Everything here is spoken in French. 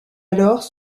alors